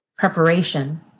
Preparation